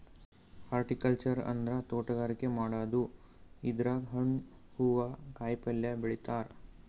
horticulture ಅಂದ್ರ ತೋಟಗಾರಿಕೆ ಮಾಡದು ಇದ್ರಾಗ್ ಹಣ್ಣ್ ಹೂವಾ ಕಾಯಿಪಲ್ಯ ಬೆಳಿತಾರ್